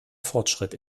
fortschritt